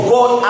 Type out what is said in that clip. God